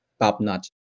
top-notch